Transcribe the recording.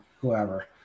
whoever